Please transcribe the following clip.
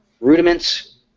rudiments